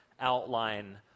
outline